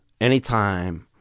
anytime